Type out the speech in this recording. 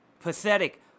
pathetic